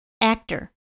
Actor